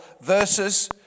verses